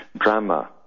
Drama